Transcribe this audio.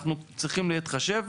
אנחנו צריכים להתחשב.